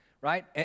right